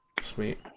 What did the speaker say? Sweet